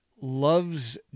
loves